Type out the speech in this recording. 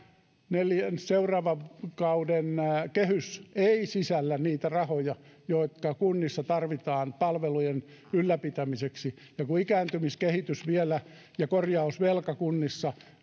neljän seuraavan vuoden kehys eivät sisällä niitä rahoja jotka kunnissa tarvitaan palvelujen ylläpitämiseksi ja kun ikääntymiskehitys ja korjausvelka kunnissa